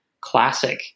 classic